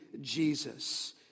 Jesus